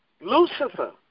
Lucifer